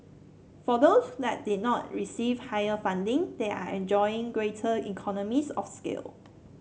for those that did not receive higher funding they are enjoying greater economies of scale